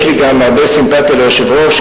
יש לי גם הרבה סימפתיה ליושב-ראש,